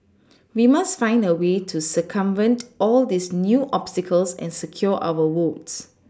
we must find a way to circumvent all these new obstacles and secure our votes